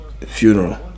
funeral